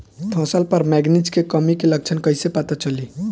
फसल पर मैगनीज के कमी के लक्षण कईसे पता चली?